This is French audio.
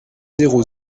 zéro